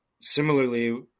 similarly